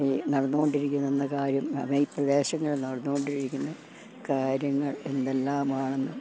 ഈ നടന്നുകൊണ്ടിരിക്കുന്നതെന്ന കാര്യം അതത് പ്രദേശങ്ങളിൽ നടന്നുകൊണ്ടിരിക്കുന്ന കാര്യങ്ങൾ എന്തെല്ലാമാണെന്നും